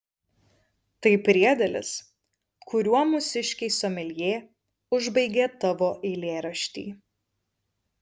tai priedėlis kuriuo mūsiškiai someljė užbaigė tavo eilėraštį